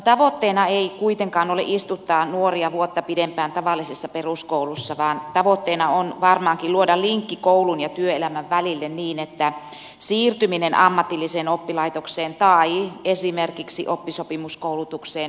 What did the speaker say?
tavoitteena ei kuitenkaan ole istuttaa nuoria vuotta pidempään tavallisessa peruskoulussa vaan tavoitteena on varmaankin luoda linkki koulun ja työelämän välille niin että siirtyminen ammatilliseen oppilaitokseen tai esimerkiksi oppisopimuskoulutukseen helpottuu